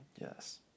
Yes